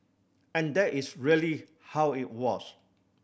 and that is really how it was